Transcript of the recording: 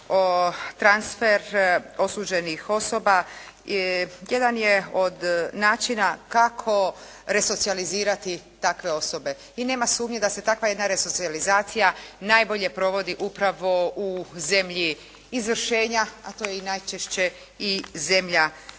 transfer osušenih osoba jedan je od načina kako resocijalizirati takve osobe i nema sumnje da se takva jedna resocijalizacija najbolje provodi upravo u zemlji izvršenja, a to je i najčešće i zemlja